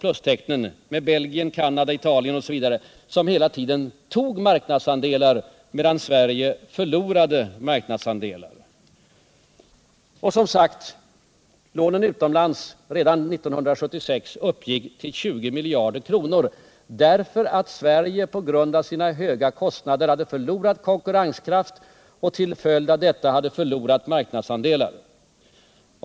Länder som Belgien, Canada, Italien osv. ökade sina marknadsandelar under dessa år. Lånen utomlands uppgick som sagt redan 1976 till 20 miljarder kronor, därför att Sverige på grund av sina höga kostnader hade förlorat konkurrenskraft och till följd därav marknadsandelar.